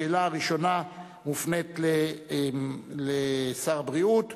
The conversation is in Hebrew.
השאלה הראשונה מופנית אל שר הבריאות,